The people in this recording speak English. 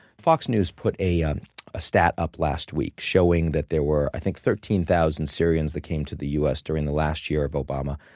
fox news put a um ah stat up last week showing that there were, i think, thirteen thousand syrians that came to the u s. during the last year of obama,